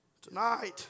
tonight